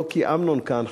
לא כי אמנון כאן,